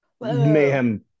Mayhem